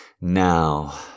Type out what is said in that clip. Now